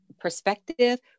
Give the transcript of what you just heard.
perspective